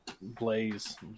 Blaze